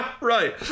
Right